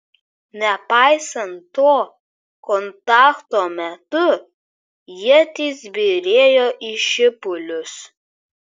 nepaisant to kontakto metu ietys byrėjo į šipulius